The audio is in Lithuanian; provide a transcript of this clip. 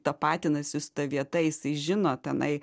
kai tapatinasi su ta vieta jis tai žino tenai